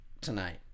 tonight